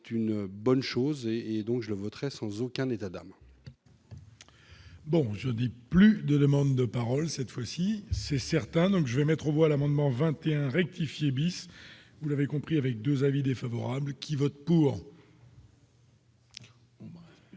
une bonne chose et donc je voterai sans aucun état d'âme. Bon, je n'ai plus de demandes de parole cette fois-ci c'est certain, donc je vais mettre aux voix l'amendement 21 rectifier bis, vous l'avez compris avec 2 avis défavorables qui vote pour.